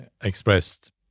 expressed